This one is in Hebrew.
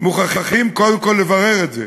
מוכרחים קודם כול לברר את זה,